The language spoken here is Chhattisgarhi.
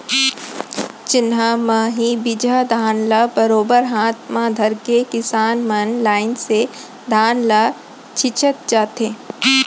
चिन्हा म ही बीजहा धान ल बरोबर हाथ म धरके किसान मन लाइन से धान ल छींचत जाथें